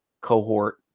cohort